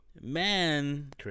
Man